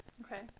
Okay